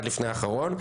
אחד לפני האחרון,